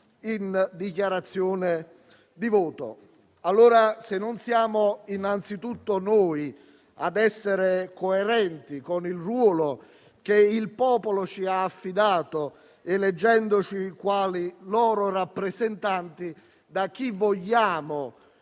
in dichiarazione di voto. Se non siamo innanzitutto noi a essere coerenti con il ruolo che il popolo ci ha affidato, eleggendoci quali loro rappresentanti, da chi vogliamo